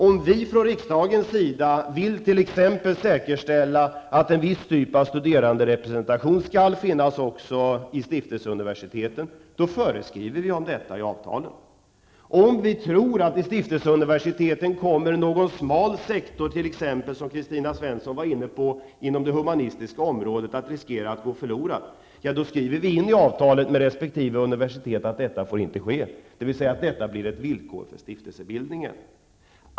Om vi från riksdagens sida t.ex. vill säkerställa att en viss typ av studeranderepresentation skall finnas också i stiftelseuniversiteten föreskriver vi detta i avtalen. Om vi tror att någon smal sektor t.ex. inom det humanistiska området, som Kristina Svensson var inne på, riskerar att gå förlorad vid ett stiftelseuniversitet skriver vi in i avtalet med universitetet att detta inte får ske, dvs. detta blir ett villkor för stiftelsebildningen.